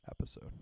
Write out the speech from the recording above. episode